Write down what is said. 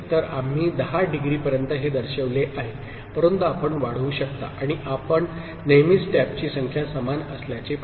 तर आम्ही 10 डिग्री पर्यंत हे दर्शविले आहे परंतु आपण वाढवू शकता आणि आपण नेहमीच टॅपची संख्या समान असल्याचे पहा